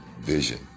vision